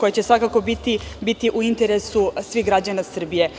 koje će svakako biti u interesu svih građana Srbije.